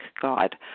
God